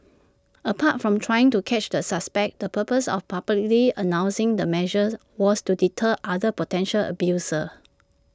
apart from trying to catch the suspects the purpose of publicly announcing the measures was to deter other potential abusers